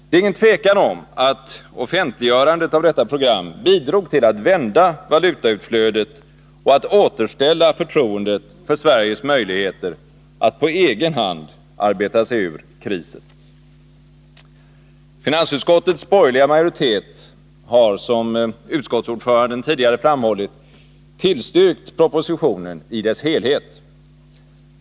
Det är inget tvivel om att offentliggörandet av detta program bidrog till att vända valutautflödet och att återställa förtroendet för Sveriges möjligheter att på egen hand arbeta sig ur krisen. Finansutskottets borgerliga majoritet har, som utskottsordföranden tidigare framhållit, tillstyrkt propositionen i dess helhet.